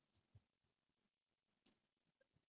ah vijay sethupathi is like versatile